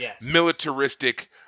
militaristic